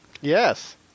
Yes